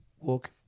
walk